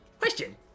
Question